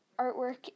artwork